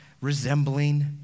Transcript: resembling